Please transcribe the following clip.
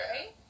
right